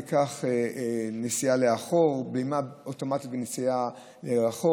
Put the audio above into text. נסיעה לאחור בלימה אוטומטית בנסיעה לאחור.